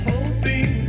Hoping